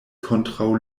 kontraŭ